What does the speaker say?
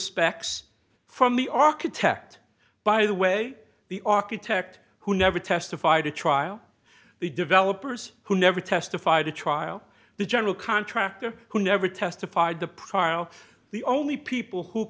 specs from the architect by the way the architect who never testified at trial the developers who never testified to trial the general contractor who never testified the prior the only people who